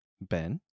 Ben